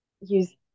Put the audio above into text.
use